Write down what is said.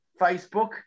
Facebook